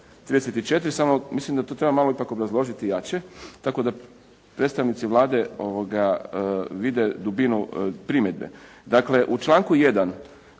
34., samo mislim da to treba malo ipak obrazložiti jače, tako da predstavnici Vlade vide dubinu primjedbe. Dakle, u članku 1.